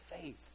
faith